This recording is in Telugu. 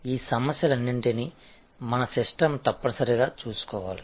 ఈ సమస్యలన్నింటినీ మన సిస్టమ్ తప్పనిసరిగా చూసుకోవాలి